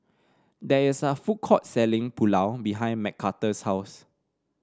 there is a food court selling Pulao behind Mcarthur's house